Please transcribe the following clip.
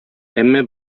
әмма